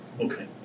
Okay